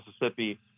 Mississippi